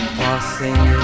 passing